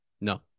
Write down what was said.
No